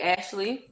Ashley